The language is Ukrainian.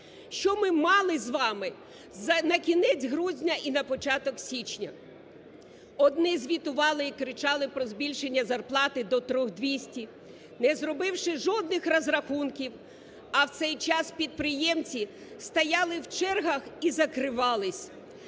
Що ми мали з вами на кінець грудня і на початок січня? Одні звітували і кричали про збільшення зарплати до 3200, не зробивши жодних розрахунків, а в цей час підприємці стояли в чергах і закривались.